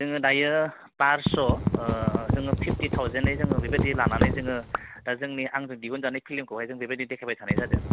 जोङो दायो बार'श जोङो फ्फिटि टावजेननि जों बेबादि लानानै जोङो दा जोंनि आंगो दिहुनजानाय फ्लिमखौहाय जों बेबादिहाय देखायबाय थानाय जादों